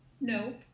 No